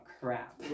crap